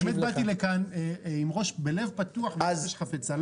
באמת באתי לכאן בלב פתוח ובנפש חפצה.